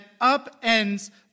upends